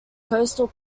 coastal